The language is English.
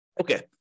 Okay